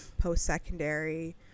post-secondary